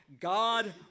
God